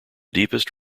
deepest